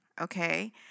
okay